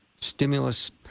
stimulus